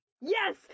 Yes